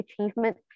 achievement